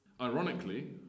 Ironically